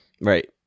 Right